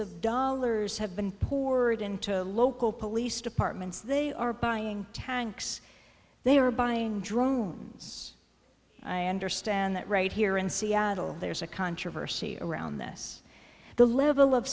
of dollars have been poor and into local police departments they are buying tanks they are buying drones i understand that right here in seattle there's a controversy around this the level of